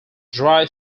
dry